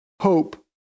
hope